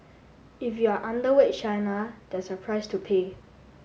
if you are underweight China there's a price to pay